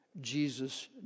Jesus